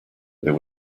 there